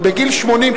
ובגיל 80,